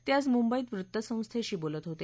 ते आज मुंबईत वृत्तसंस्थेशी बोलत होते